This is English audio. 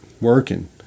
working